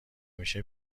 میشه